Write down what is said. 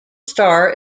star